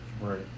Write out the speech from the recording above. right